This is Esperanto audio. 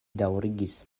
daŭrigis